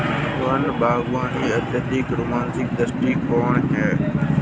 one बागवानी एक अत्यंत रोचक दृष्टिकोण है